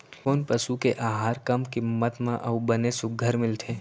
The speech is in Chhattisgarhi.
कोन पसु के आहार कम किम्मत म अऊ बने सुघ्घर मिलथे?